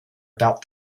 about